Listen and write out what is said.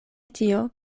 tio